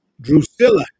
Drusilla